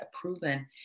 proven